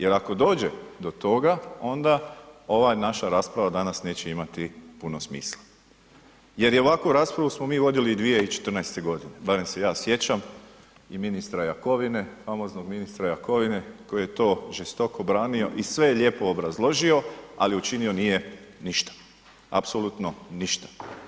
Jer ako dođe do toga onda ova naša rasprava danas neće imati puno smisla, jer i ovakvu raspravu smo mi vodili i 2014. godine, barem se ja sjećam i ministra Jakovine, famoznog ministra Jakovine koji je to žestoko branio i sve je lijepo obrazložio, ali učinio nije ništa, apsolutno ništa.